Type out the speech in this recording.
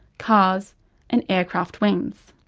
cars and aircraft wings.